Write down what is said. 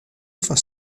for